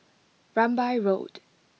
Rambai Road